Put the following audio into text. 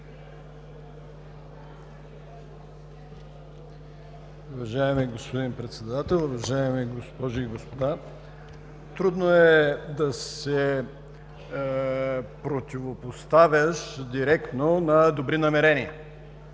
Уважаеми господин Председател, уважаеми госпожи и господа! Трудно е да се противопоставяш директно на добри намерения,